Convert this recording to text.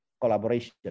collaboration